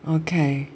okay